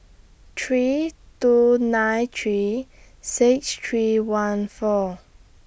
three two nine three six three one four